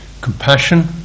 compassion